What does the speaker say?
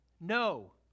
No